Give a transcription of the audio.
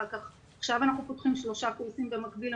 עכשיו אנחנו פותחים שלושה קורסים במקביל,